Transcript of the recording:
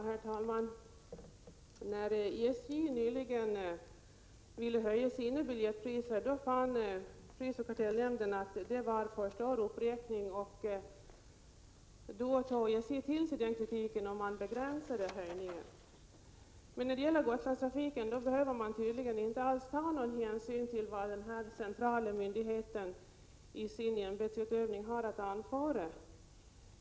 Herr talman! När SJ nyligen ville höja sina biljettpriser fann prisoch kartellnämnden att det var fråga om en alltför stor uppräkning. SJ tog då till sig denna kritik och begränsade höjningen. Men när det gäller Gotlandstrafiken behöver man tydligen inte alls ta någon hänsyn till vad den centrala myndigheten prisoch kartellnämnden har att anföra i sin myndighetsutövning.